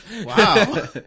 Wow